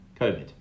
COVID